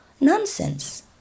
Nonsense